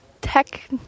tech